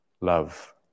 love